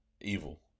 evil